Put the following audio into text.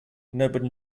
nobody